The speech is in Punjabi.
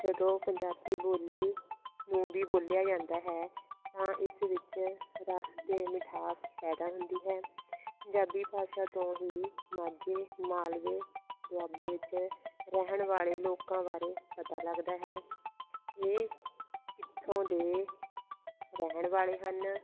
ਜਦੋਂ ਪੰਜਾਬੀ ਬੋਲੀ ਨੂੰ ਵੀ ਬੋਲਿਆ ਜਾਂਦਾ ਹੈ ਤਾਂ ਇਸ ਵਿੱਚ ਰਸ ਅਤੇ ਮਿਠਾਸ ਪੈਦਾ ਹੁੰਦੀ ਹੈ ਪੰਜਾਬੀ ਭਾਸ਼ਾ ਤੋਂ ਹੀ ਮਾਝੇ ਮਾਲਵੇ ਦੁਆਬੇ ਵਿੱਚ ਰਹਿਣ ਵਾਲੇ ਲੋਕਾਂ ਬਾਰੇ ਪਤਾ ਲੱਗਦਾ ਹੈ ਇਹ ਕਿੱਥੋਂ ਦੇ ਰਹਿਣ ਵਾਲੇ ਹਨ